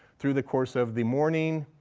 through the course of the morning,